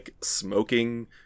smoking